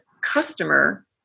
customer